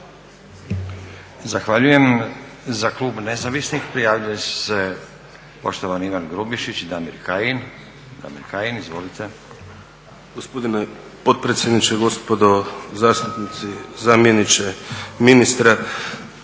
Zahvaljujem. Za klub nezavisnih prijavljuje se poštovani Ivan Grubišić i Damir Kajin. Damir Kajin izvolite. **Kajin, Damir (ID - DI)** Gospodine potpredsjedniče, gospodo zastupnici, zamjeniče ministra.